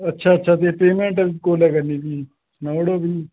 अच्छा अच्छा ते पेमेंट कोल्लै करनी भी सनाई ओड़ो भी